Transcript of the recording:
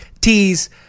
Teas